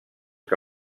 que